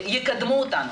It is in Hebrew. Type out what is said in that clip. שיקדמו אותנו.